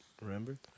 remember